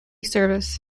service